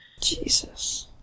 Jesus